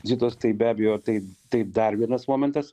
zitos tai be abejo tai tai dar vienas momentas